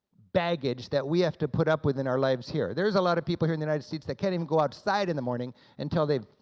baggage that we have to put up with in our lives here. there's a lot of people in the united states that can't even go outside in the morning until they've,